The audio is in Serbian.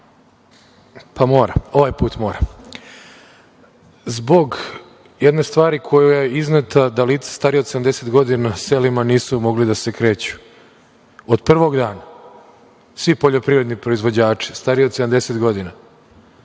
da reagujem zbog jedne stvari koja je izneta, da lica starija od 70 na selima nisu mogla da se kreću. Od prvog dana svi poljoprivredni proizvođači stariji od 70 godina